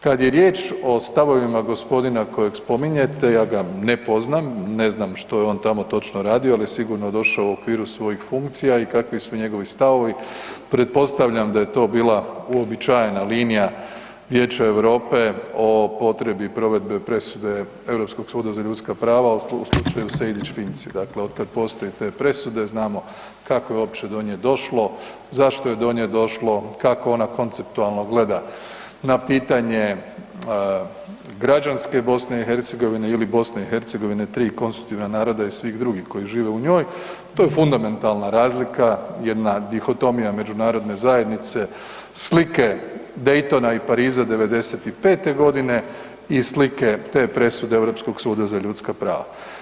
Kad je riječ o stavovima gospodina kojeg spominjete, ja ga ne poznam, ne znam što je on tamo točno radio, ali je sigurno došao u okviru svojih funkcija i kakvi su njegovi stavovi, pretpostavljam da je to bila uobičajena linija Vijeća Europe o potrebi provedbe presude Europskog suda za ljudska prava u slučaju Sejdić i Finci, dakle otkad postoji te presude znamo kako je uopće do nje došlo, zašto je do nje došlo, kako ona konceptualno gleda na pitanje građanske BiH ili BiH tri konstitutivna naroda i svih drugih koji žive u njoj, to je fundamentalna razlika, jedna dihotomija međunarodne zajednice, slike Daytona i Pariza '95.g. i slike te presude Europskog suda za ljudska prava.